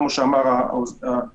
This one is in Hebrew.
כמו שאמר היועמ"ש.